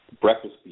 breakfast